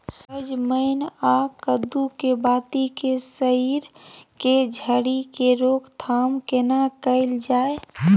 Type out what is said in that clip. सजमैन आ कद्दू के बाती के सईर के झरि के रोकथाम केना कैल जाय?